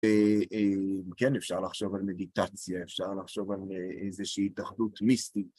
כן, אפשר לחשוב על מדיטציה, אפשר לחשוב על איזושהי התאחדות מיסטית.